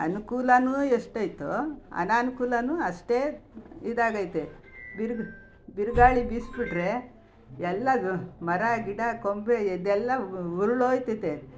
ಅನುಕೂಲವೂ ಎಷ್ಟೈತೋ ಅನಾನುಕೂಲವೂ ಅಷ್ಟೇ ಇದಾಗಿದೆ ಬಿರು ಬಿರುಗಾಳಿ ಬೀಸಿಬಿಟ್ರೆ ಎಲ್ಲ ಮರ ಗಿಡ ಕೊಂಬೆ ಇದೆಲ್ಲ ಉರುಳೋಗ್ತದೆ